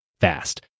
fast